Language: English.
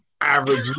average